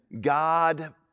God